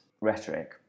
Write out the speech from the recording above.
rhetoric